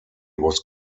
was